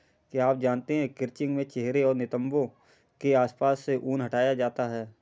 क्या आप जानते है क्रचिंग में चेहरे और नितंबो के आसपास से ऊन हटाया जाता है